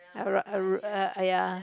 !aiya!